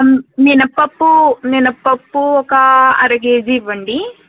మినప్పప్పూ మినప్పప్పూ ఒకా అరకేజీ ఇవ్వండి